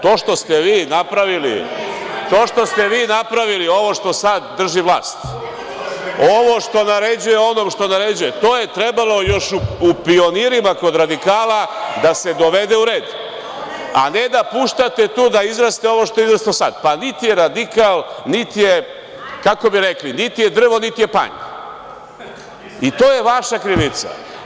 To što ste vi napravili ovo što sada drži vlast, ovo što naređuje onom, to je trebalo još u pionirima kod radikala da se dovede u red, a ne puštate tu da izraste ovo što je izraslo sada, pa niti je radikal, niti je … kako bih rekao, niti je drvo, niti je panj i to je vaša krivica.